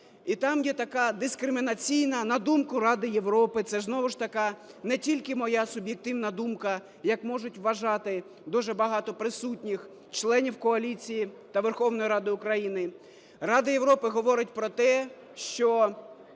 і там є така дискримінаційна, на думку Ради Європи, - це знову ж таки не тільки моя суб'єктивна думка, як можуть вважати дуже багато присутніх членів коаліції та Верховної Ради України, - Рада Європи говорить про те, що